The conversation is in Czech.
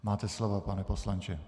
Máte slovo, pane poslanče.